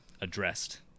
addressed